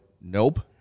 Nope